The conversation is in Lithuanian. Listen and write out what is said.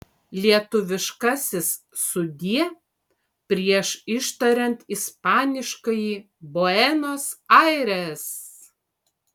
lietuviškasis sudie prieš ištariant ispaniškąjį buenos aires